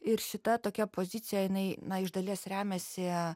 ir šita tokia pozicija jinai na iš dalies remiasi